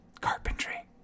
carpentry